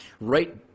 right